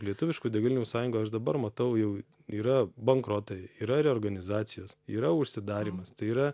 lietuviškų degalinių sąjunga aš dabar matau jau yra bankrotai yra reorganizacijos yra užsidarymas tai yra